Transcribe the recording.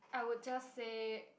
I would just say